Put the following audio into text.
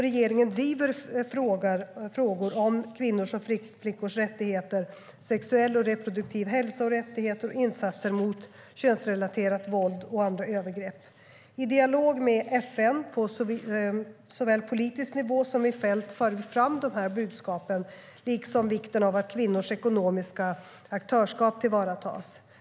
Regeringen driver frågor om kvinnors och flickors rättigheter, sexuell och reproduktiv hälsa och rättigheter samt insatser mot könsrelaterat våld och andra övergrepp. I dialog med FN på såväl politisk nivå som i fält för vi fram dessa budskap, liksom vikten av att kvinnors ekonomiska aktörskap tillvaratas.